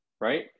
right